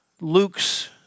Luke's